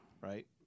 Right